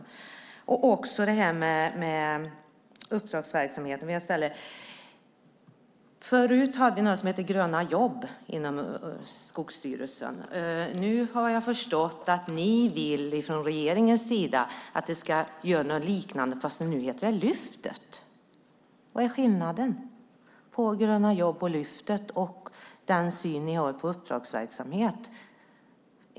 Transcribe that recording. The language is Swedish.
Jag vill också ställa en fråga om uppdragsverksamheten. Förut hade vi något som hette Gröna jobb inom Skogsstyrelsen. Nu har jag förstått att regeringen vill ha något liknande, fast nu heter det Lyftet. Vad är skillnaden mellan Gröna jobb och Lyftet? Och vad har ni för syn på uppdragsverksamhet?